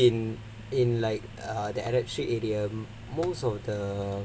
because in in like uh the arab street area most of the